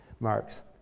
Marks